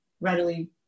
readily